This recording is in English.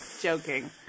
Joking